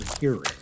hearing